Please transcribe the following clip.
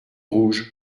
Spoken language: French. rouge